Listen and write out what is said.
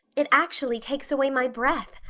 it actually takes away my breath.